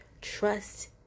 trust